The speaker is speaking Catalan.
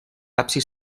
absis